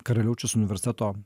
karaliaučiaus universiteto